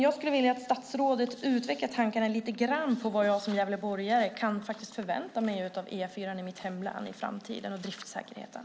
Jag skulle vilja att statsrådet utvecklar tankarna lite grann på vad jag som gävleborgare kan förvänta mig av E4:an och när det gäller driftssäkerheten i mitt hemlän i framtiden.